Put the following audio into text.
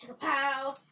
pow